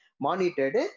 monitored